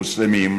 מוסלמים,